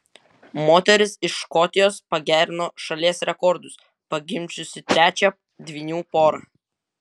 moteris iš škotijos pagerino šalies rekordus pagimdžiusi trečią dvynių porą